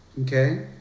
okay